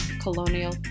colonial